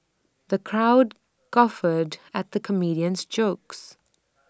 the crowd guffawed at the comedian's jokes